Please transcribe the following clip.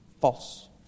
False